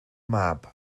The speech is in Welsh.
mab